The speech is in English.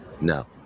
No